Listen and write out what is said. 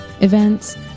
events